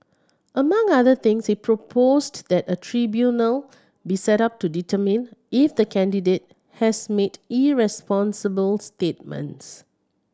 among other things he proposed that a tribunal be set up to determine if the candidate has made irresponsible statements